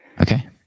Okay